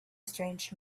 strange